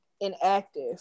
inactive